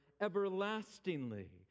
everlastingly